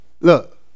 look